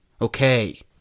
Okay